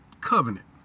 Covenant